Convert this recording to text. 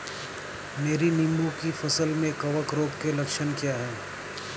मेरी नींबू की फसल में कवक रोग के लक्षण क्या है?